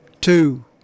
two